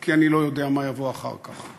כי אני לא יודע מה יבוא אחר כך.